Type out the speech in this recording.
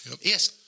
Yes